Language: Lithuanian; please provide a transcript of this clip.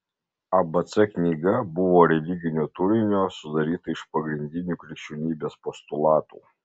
abc knyga buvo religinio turinio sudaryta iš pagrindinių krikščionybės postulatų